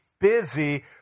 busy